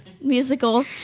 musical